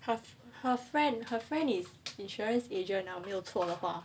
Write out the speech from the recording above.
half her friend her friend is insurance agent now 没有错了吧